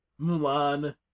Mulan